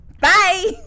Bye